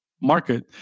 market